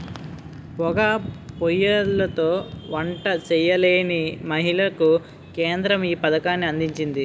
పోగా పోయ్యిలతో వంట చేయలేని మహిళలకు కేంద్రం ఈ పథకాన్ని అందించింది